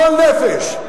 גועל נפש.